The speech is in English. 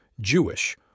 Jewish